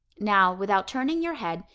now, without turning your head,